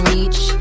reach